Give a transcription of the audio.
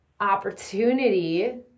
opportunity